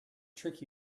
trick